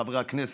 חברי הכנסת,